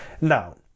now